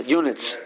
units